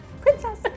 Princess